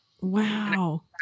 Wow